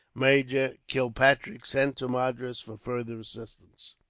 major kilpatrick sent to madras for further assistance.